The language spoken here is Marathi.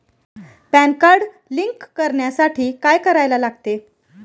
पॅन कार्ड लिंक करण्यासाठी काय करायला लागते?